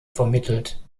vermittelt